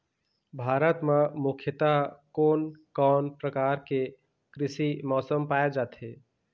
भारत म मुख्यतः कोन कौन प्रकार के कृषि मौसम पाए जाथे?